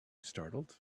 startled